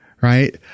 Right